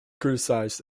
criticised